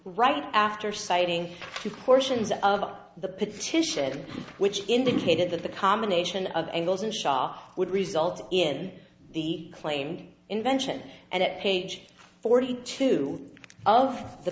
right after citing portions of the petition which indicated that the combination of angles and shot would result in the claimed invention and at page forty two of the